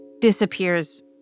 disappears